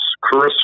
Chris